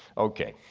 okay,